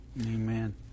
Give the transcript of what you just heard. Amen